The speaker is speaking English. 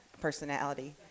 personality